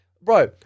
bro